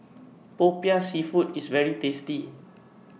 Popiah Seafood IS very tasty